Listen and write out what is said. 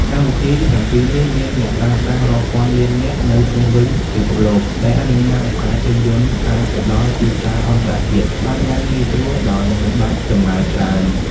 កម្មវិធីទាំងពីរនេះមានអ្នកប្រើប្រាស់រាប់ពាន់លាននាក់នៅជុំវិញពិភពលោក ដែលអនុញ្ញាតឱ្យខ្សែភាពយន្តអាចទៅដល់ទីផ្សារអន្តរជាតិបានយ៉ាងងាយស្រួលដោយមិនបាច់ចំណាយច្រើន។